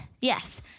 Yes